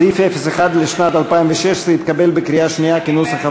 סעיף 01 לשנת 2016 התקבל בקריאה שנייה כנוסח הוועדה.